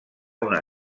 una